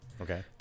Okay